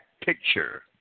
picture